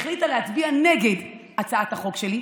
החליטה להצביע נגד הצעת החוק שלי.